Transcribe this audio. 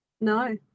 no